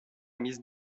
mis